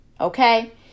okay